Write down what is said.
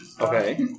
Okay